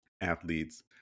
athletes